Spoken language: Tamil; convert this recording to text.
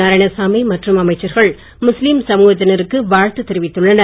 நாராயணசாமி மற்றும் அமைச்சர்கள் முஸ்லீம் சமூகத்தினருக்கு வாழ்த்து தெரிவித்துள்ளனர்